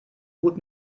gut